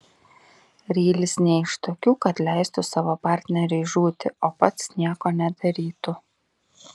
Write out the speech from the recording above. rylis ne iš tokių kad leistų savo partneriui žūti o pats nieko nedarytų